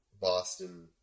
Boston